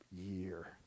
year